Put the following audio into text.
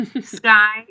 Sky